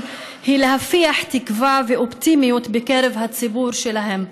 הוא להפיח תקווה ואופטימיות בקרב הציבור שלהם.